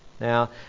Now